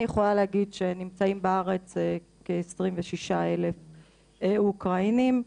אני יכולה להגיד שנמצאים בארץ כ-26 אלף אוקראינים,